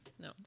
No